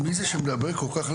כל מיני עילות להעברה מתפקיד.